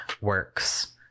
works